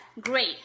great